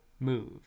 Move